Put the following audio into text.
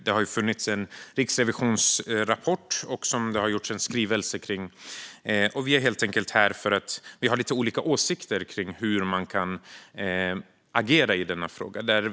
Det har kommit en riksrevisionsrapport och en skrivelse om den, och vi är här därför att vi har lite olika åsikter om hur man ska agera i denna fråga.